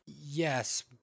Yes